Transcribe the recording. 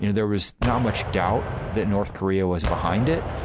you know there was now much doubt that north korea was behind it.